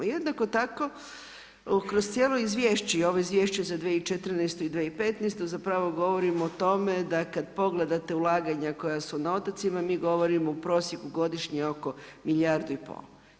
Jednako tako kroz cijelo izvješće i ovo izvješće za 2014. i 2015. zapravo govorimo o tome da kad pogledate ulaganje koje su na otocima mi govorimo u prosjeku godišnje oko milijardu i pol.